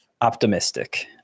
optimistic